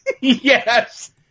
Yes